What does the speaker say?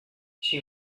she